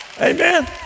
Amen